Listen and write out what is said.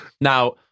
Now